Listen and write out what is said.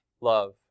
love